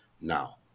Now